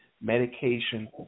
medication